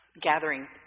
gathering